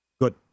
Good